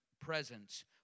presence